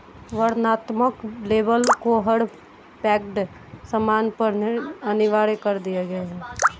वर्णनात्मक लेबल को हर पैक्ड सामान पर अनिवार्य कर दिया गया है